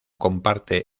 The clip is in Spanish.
comparte